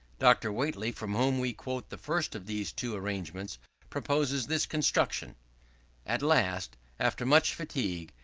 dr. whately, from whom we quote the first of these two arrangements proposes this construction at last, after much fatigue,